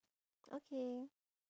okay